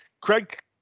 Craig